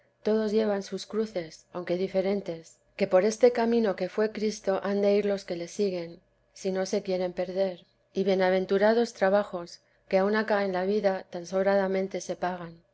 todos llevan sus cruces aunque diferentes que por este camino que fue cristo han de ir los que le siguen si no se quieren perder y bienaventurados trabajos que aun acá en la vida tan sobradamente se pagan